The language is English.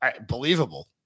Believable